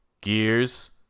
Gears